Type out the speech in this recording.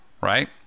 right